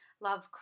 Love